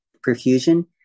perfusion